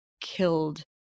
killed